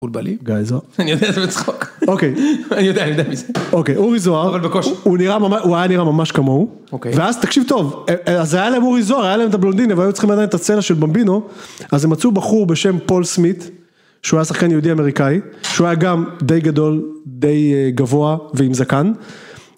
אורי זוהר, הוא היה נראה ממש כמוהו, ואז תקשיב טוב, אז היה להם אורי זוהר, היה להם את הבלונדיני, והיו צריכים עדיין את הצלע של במבינו, אז הם מצאו בחור בשם פול סמית, שהוא היה שחקן יהודי אמריקאי, שהוא היה גם די גדול, די גבוה ועם זקן.